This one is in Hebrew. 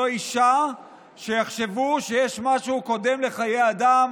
אישה שיחשבו שיש משהו קודם לחיי אדם,